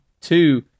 two